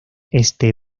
este